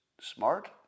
smart